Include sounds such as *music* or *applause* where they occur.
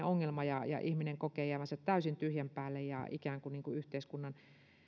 *unintelligible* ongelma kun ihminen kokee jäävänsä täysin tyhjän päälle ja ikään kuin yhteiskunnan